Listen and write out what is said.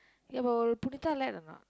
ya but will Punitha let or not